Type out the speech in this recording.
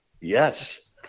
Yes